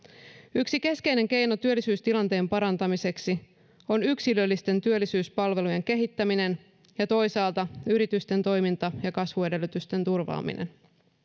yksi keskeinen keino työllisyystilanteen parantamiseksi on yksilöllisten työllisyyspalveluiden kehittäminen ja toisaalta yritysten toiminta ja kasvuedellytysten turvaaminen